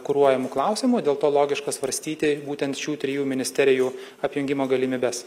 kuruojamų klausimų dėl to logiška svarstyti būtent šių trijų ministerijų apjungimo galimybes